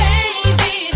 Baby